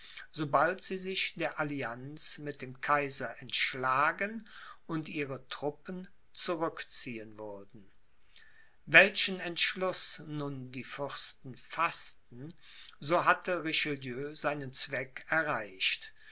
sobald sie sich der allianz mit dem kaiser entschlagen und ihre truppen zurückziehen würden welchen entschluß nun die fürsten faßten so hatte richelieu seinen zweck erreicht